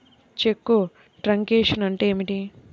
చెక్కు truncation అంటే ఏమిటి?